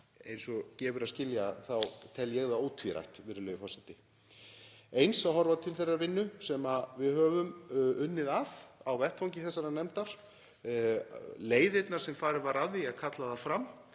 eins og gefur að skilja þá tel ég það ótvírætt. Eins að horfa til þeirrar vinnu sem við höfum unnið á vettvangi þessarar nefndar, leiðanna sem farnar voru að því að kalla það fram